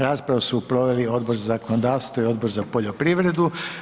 Raspravu su proveli Odbor za zakonodavstvo i Odbor za poljoprivredu.